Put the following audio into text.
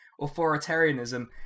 authoritarianism